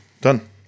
Done